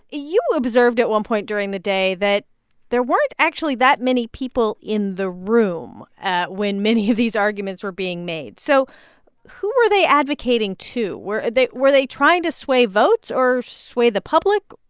you observed at one point during the day that there weren't actually that many people in the room when many of these arguments were being made. so who are they advocating to? were they were they trying to sway votes or sway the public?